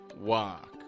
Walk